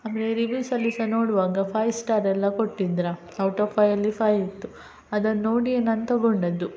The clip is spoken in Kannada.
ಆಮೇಲೆ ರಿವ್ಯೂಸಲ್ಲಿ ಸಹ ನೋಡುವಾಗ ಫೈಯ್ ಸ್ಟಾರೆಲ್ಲ ಕೊಟ್ಟಿದ್ರು ಔಟ್ ಆಫ್ ಫೈಯಲ್ಲಿ ಫೈವಿತ್ತು ಅದನ್ನು ನೋಡಿಯೇ ನಾನು ತೊಗೊಂಡಿದ್ದು